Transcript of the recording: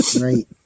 right